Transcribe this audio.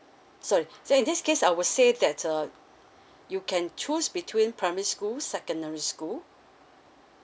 sorry say in this case I would say that uh you can choose between primary school secondary school